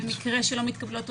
במקרה שלא מתקבלת תוצאה.